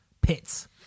pits